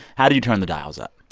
how do you turn the dials up?